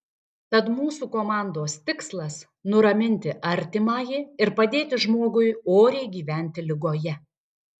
tad mūsų komandos tikslas nuraminti artimąjį ir padėti žmogui oriai gyventi ligoje